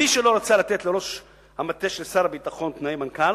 מי שלא רצה לתת לראש המטה של שר הביטחון תנאי מנכ"ל,